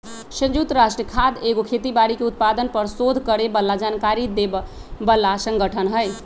संयुक्त राष्ट्र खाद्य एगो खेती बाड़ी के उत्पादन पर सोध करे बला जानकारी देबय बला सँगठन हइ